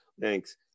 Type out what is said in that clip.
thanks